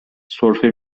سرفه